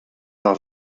par